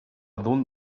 dun